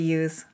use